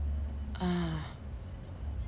ah